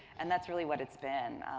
and that's really what it's been.